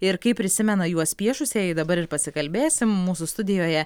ir kaip prisimena juos piešusieji dabar ir pasikalbėsim mūsų studijoje